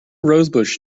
rosebush